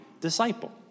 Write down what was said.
disciple